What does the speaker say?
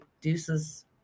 Deuces